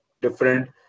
different